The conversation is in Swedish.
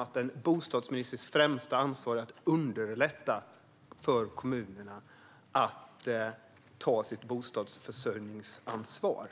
att en bostadsministers främsta ansvar är att underlätta för kommunerna att ta sitt bostadsförsörjningsansvar.